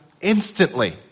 instantly